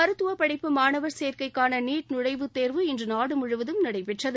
மருத்துவப் படிப்பு மாணவர் சேர்க்கைக்கான நீட் நுழைவுத் தேர்வு இன்று நாடுமுழுவதும் நடைபெற்றது